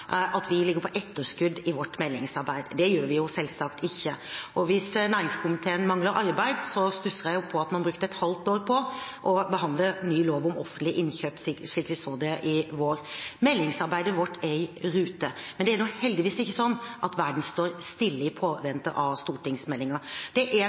at vi ligger på etterskudd i vårt meldingsarbeid. Det gjør vi selvsagt ikke. Og hvis næringskomiteen mangler arbeid, stusser jeg over at man har brukt et halvt år på å behandle ny lov om offentlige innkjøp, slik vi så i vår. Meldingsarbeidet vårt er i rute. Men det er heldigvis ikke sånn at verden står stille i påvente av stortingsmeldinger. Det er